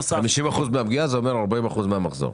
50% מן הפגיעה זה אומר 40% מן המחזור?